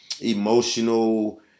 emotional